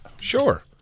Sure